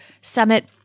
Summit